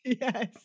Yes